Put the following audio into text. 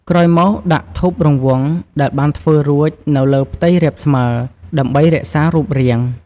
ក្រោយមក ដាក់ធូបរង្វង់ ដែលបានធ្វើរួចនៅលើផ្ទៃរាបស្មើ ដើម្បីរក្សារូបរាង។